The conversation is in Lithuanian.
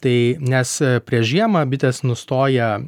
tai nes prieš žiemą bitės nustoja